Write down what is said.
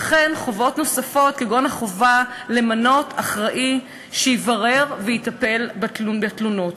וכן חובות נוספות כגון החובה למנות אחראי שיברר ויטפל בתלונות,